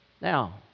Now